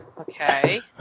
Okay